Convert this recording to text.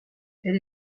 elle